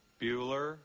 Bueller